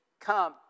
come